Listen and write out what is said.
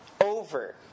over